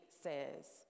says